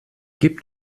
gib